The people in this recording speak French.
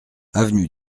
avenue